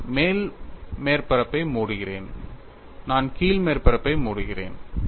நான் மேல் மேற்பரப்பை மூடுகிறேன் நான் கீழ் மேற்பரப்பை மூடுகிறேன்